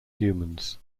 humans